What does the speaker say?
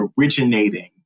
originating